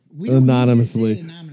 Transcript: anonymously